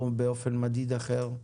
או באופן מדיד אחר,